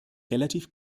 relativ